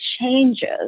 changes